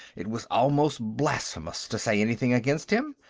it was almost blasphemous to say anything against him.